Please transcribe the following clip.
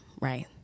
right